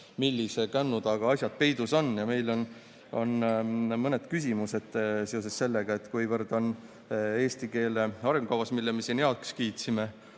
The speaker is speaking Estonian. millise kännu taga asjad peidus on. Meil on mõned küsimused seoses sellega, kuivõrd eesti keele arengukavas, mille me siin heaks kiitsime,